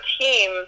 team